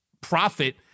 profit